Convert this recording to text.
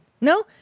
No